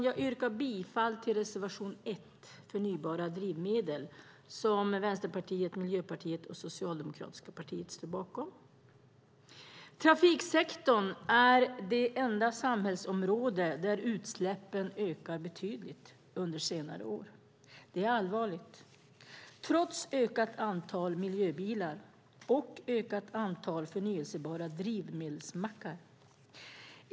Jag yrkar bifall till reservation 1, Förnybara drivmedel, som Vänsterpartiet, Miljöpartiet och det socialdemokratiska partiet står bakom. Trafiksektorn är det enda samhällsområde där utsläppen har ökat betydligt under senare år. Det är allvarligt. Detta sker trots ett ökat antal miljöbilar och ett ökat antal drivmedelsmackar med förnybara bränslen.